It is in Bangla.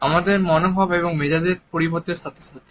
আমাদের মনোভাব এবং মেজাজের পরিবর্তনের সাথে সাথে